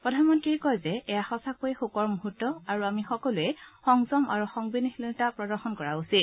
প্ৰধানমন্ত্ৰীয়ে কয় যে এয়া সঁচাকৈয়ে শোকৰ মুহূৰ্ত আৰু আমি সকলোৱে সংযম আৰু সংবেদনশীলতা প্ৰদৰ্শন কৰা উচিত